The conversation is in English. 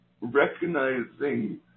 recognizing